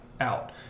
out